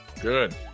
Good